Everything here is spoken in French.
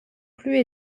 plus